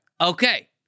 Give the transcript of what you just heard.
Okay